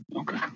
Okay